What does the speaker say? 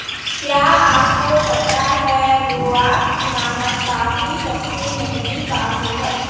क्या आपको पता है लूवाक नामक कॉफ़ी सबसे महंगी कॉफ़ी है?